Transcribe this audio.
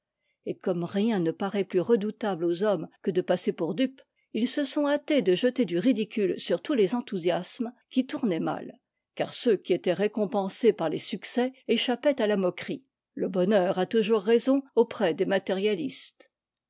et comme rien ne paraît plus redoutable aux hommes que de passer pour dupes ils se sont hâtés de jeter du ridicule sur tous les enthousiasmes qui tournaient mal car ceux qui étaient récompensés par les succès échappaient à la moquerie le bonheur a toujours raison auprès des matérialistes